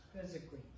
physically